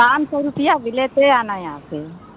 पाँच सौ रुपया भी लेते आना यहाँ पर